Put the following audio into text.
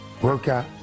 workout